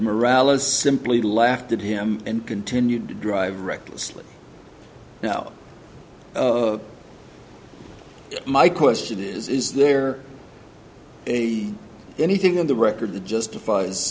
morale is simply laughed at him and continued to drive recklessly now my question is is there any anything in the record that justifies